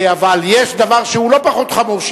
אבל יש דבר שהוא לא פחות חמור,